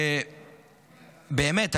ובאמת,